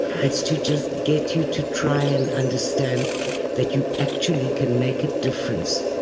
it's to just get you to try and understand that you actually can make a difference.